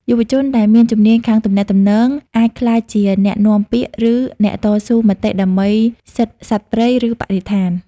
យុវជនដែលមានជំនាញខាងទំនាក់ទំនង អាចក្លាយជាអ្នកនាំពាក្យ ឬអ្នកតស៊ូមតិដើម្បីសិទ្ធិសត្វព្រៃ និងបរិស្ថាន។